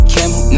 Camel